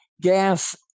Gas